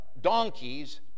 donkeys